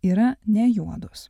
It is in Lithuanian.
yra ne juodos